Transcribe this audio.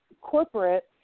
corporate